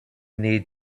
need